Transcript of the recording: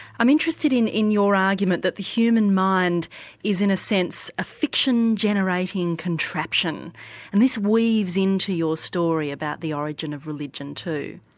i'm interested in in your argument that the human mind is in a sense a fiction-generating contraption and this weaves into your story about the origin of religion too.